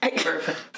perfect